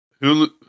Hulu